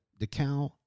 decal